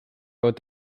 wrote